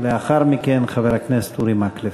לאחר מכן, חבר הכנסת אורי מקלב.